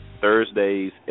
Thursdays